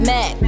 Mac